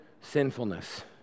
sinfulness